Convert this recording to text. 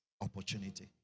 opportunity